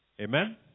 Amen